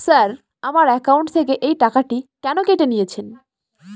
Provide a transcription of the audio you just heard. Sir আমার account থেকে এই টাকাটি কেন কেটে নিয়েছেন?